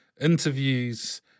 interviews